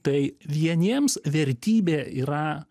tai vieniems vertybė yra